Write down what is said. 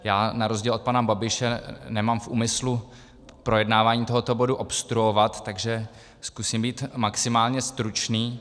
Já na rozdíl od pana Babiše nemám v úmyslu projednávání tohoto bodu obstruovat, takže zkusím být maximálně stručný.